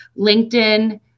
LinkedIn